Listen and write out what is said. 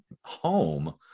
home